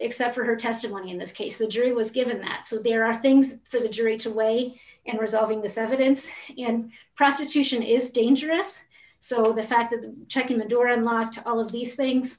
except for her testimony in this case the jury was given that so there are things for the jury to weigh in resolving this evidence and prosecution is dangerous so the fact that the check in the door unlocked all of these things